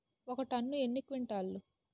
ఒక టన్ను ఎన్ని క్వింటాల్లు?